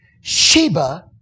Sheba